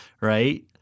right